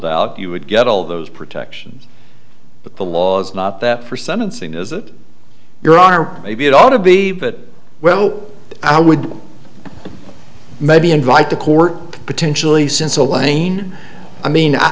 doubt you would get all those protections but the law is not that for sentencing is that there are maybe it ought to be but well i would maybe invite the court potentially since elaine i mean i